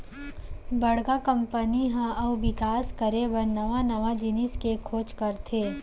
बड़का कंपनी ह अउ बिकास करे बर नवा नवा जिनिस के खोज करथे